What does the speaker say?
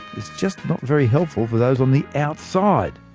it's just not very helpful for those on the outside.